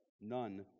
none